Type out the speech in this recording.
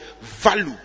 value